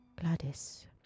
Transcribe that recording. Gladys